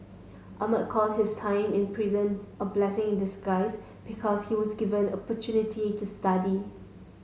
Ahmad calls his time in prison a blessing in disguise because he was given opportunity to study